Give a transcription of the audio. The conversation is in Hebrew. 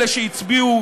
אלה שהצביעו